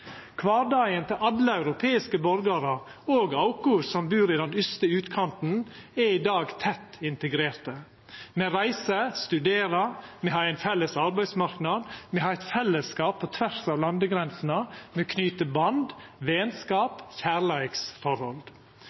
Kvardagen til alle europeiske borgarar, òg oss som bur i den ytste utkanten, er i dag tett integrert. Me reiser og studerer, og me har ein felles arbeidsmarknad, me har eit fellesskap på tvers av landegrensene, me knyter band, venskap og kjærleiksforhold.